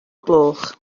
gloch